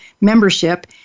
Membership